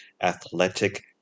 Athletic